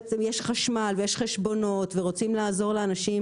חשמל ויש חשבונות ורוצים לעזור לאנשים